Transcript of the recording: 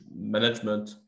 management